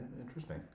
interesting